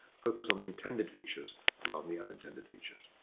focus on the intended features rather than the unintended features.